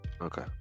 Okay